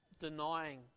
denying